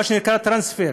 מה שנקרא טרנספר.